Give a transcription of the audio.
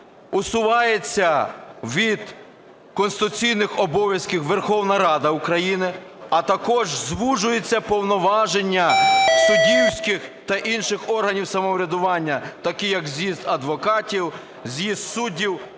усувається від конституційних обов'язків Верховна Рада України, а також звужуються повноваження суддівських та інших органів самоврядування, таких як з'їзд адвокатів, з'їзд суддів,